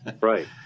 Right